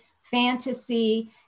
fantasy